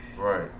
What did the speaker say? Right